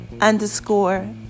underscore